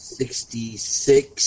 sixty-six